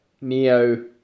Neo